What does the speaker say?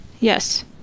Yes